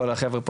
כל החבר'ה פה,